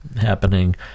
happening